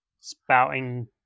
spouting